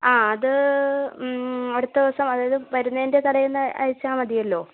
ആ അത് അടുത്ത ദിവസം അതായത് വരുന്നതിൻ്റെ തലേന്ന് അയച്ചാൽ മതിയല്ലോ